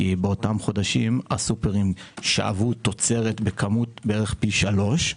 כי באותם חודשים הסופרים שאבו תוצרת בכמות בערך פי שלושה,